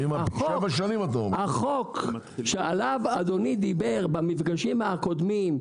החוק שעליו אדוני דיבר במפגשים הקודמים,